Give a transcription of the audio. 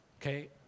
Okay